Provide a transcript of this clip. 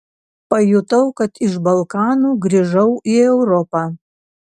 pajutau kad iš balkanų grįžau į europą